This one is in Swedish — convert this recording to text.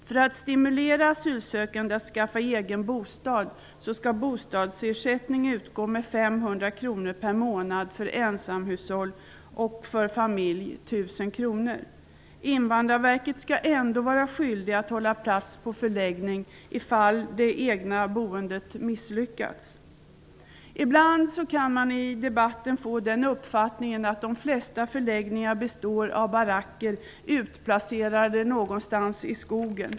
För att stimulera den asylsökande att skaffa egen bostad skall bostadsersättning utgå med 500 kr per månad för ensamhushåll och 1 000 kr för familjer. Invandrarverket skall ändå vara skyldigt att hålla plats på förläggning om det egna boendet misslyckas. Ibland kan man i debatten få den uppfattningen att de flesta förläggningar består av baracker utplacerade någonstans i skogen.